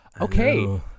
okay